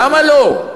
למה לא?